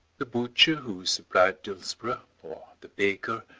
the butcher who supplied dillsborough, or the baker,